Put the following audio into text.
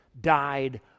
died